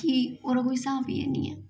कि ओह्दा कोई स्हाब नीं